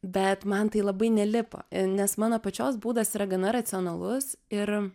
bet man tai labai nelipo nes mano pačios būdas yra gana racionalus ir